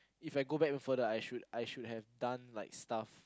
If I go back even further I should I should have done like stuff